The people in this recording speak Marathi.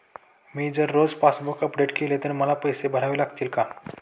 मी जर रोज पासबूक अपडेट केले तर मला पैसे भरावे लागतील का?